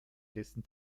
dessen